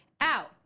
out